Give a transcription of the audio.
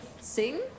Sing